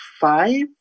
five